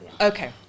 Okay